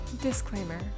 Disclaimer